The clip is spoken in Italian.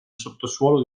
sottosuolo